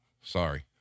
Sorry